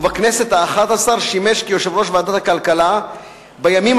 ובכנסת האחת-עשרה שימש כיושב-ראש ועדת הכלכלה בימים